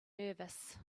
nervous